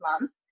months